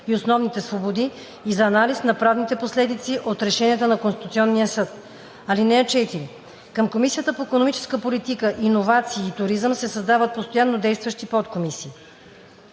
и основните свободи и за анализ на правните последици от решенията на Конституционния съд. (4) Към Комисията по икономическа политика, високи технологии и туризъм се създават постоянно действащи подкомисии: